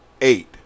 eight